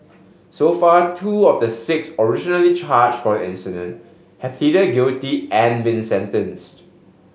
so far two of the six originally charge for the incident have pleaded guilty and been sentenced